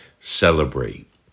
celebrate